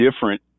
different